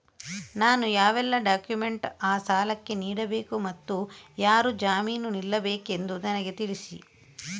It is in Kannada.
ನಾನು ಯಾವೆಲ್ಲ ಡಾಕ್ಯುಮೆಂಟ್ ಆ ಸಾಲಕ್ಕೆ ನೀಡಬೇಕು ಮತ್ತು ಯಾರು ಜಾಮೀನು ನಿಲ್ಲಬೇಕೆಂದು ನನಗೆ ತಿಳಿಸಿ?